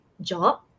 job